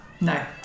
no